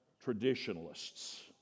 traditionalists